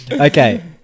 Okay